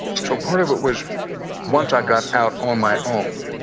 so part of it was once i got out on my own,